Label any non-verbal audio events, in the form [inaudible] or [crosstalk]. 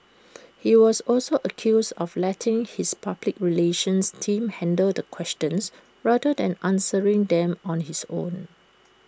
[noise] he was also accused of letting his public relations team handle the questions rather than answering them on his own